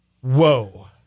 whoa